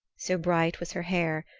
so bright was her hair,